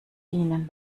dienen